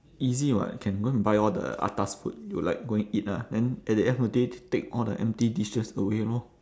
easy [what] can go and buy all the atas food you like go and eat lah then at the end of the day they take all the empty dishes away lor